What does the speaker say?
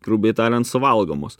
grubiai tarian suvalgomos